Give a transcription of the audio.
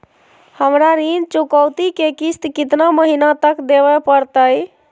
हमरा ऋण चुकौती के किस्त कितना महीना तक देवे पड़तई?